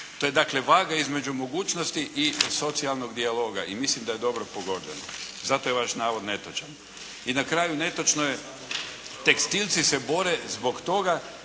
To je dakle vaga između mogućnosti i socijalnog dijaloga i mislim da je dobro pogođeno, zato je vaš navod netočan. I na kraju netočno je, tekstilci se bore zbog toga